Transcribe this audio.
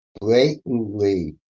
blatantly